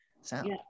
sound